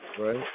right